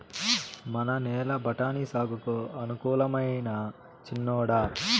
మన నేల బఠాని సాగుకు అనుకూలమైనా చిన్నోడా